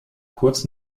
kurz